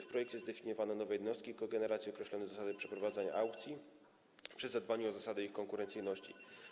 W projekcie zdefiniowano nowe jednostki kogeneracji, określono zasady przeprowadzania aukcji, zadbano też o zasady ich konkurencyjności.